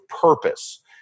purpose